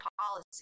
policy